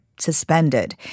suspended